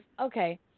okay